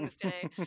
today